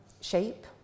shape